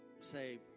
Say